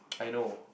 I know